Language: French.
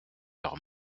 leurs